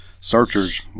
searchers